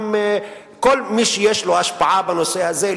כל מי שיש לו השפעה בנושא הזה,